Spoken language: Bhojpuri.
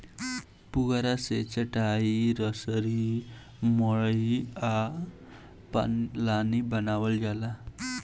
पुआरा से चाटाई, रसरी, मड़ई आ पालानी बानावल जाला